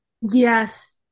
Yes